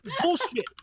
Bullshit